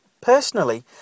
Personally